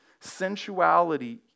sensuality